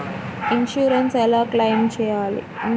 Insurance ఎలా claim చేయాలి?